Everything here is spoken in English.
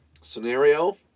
scenario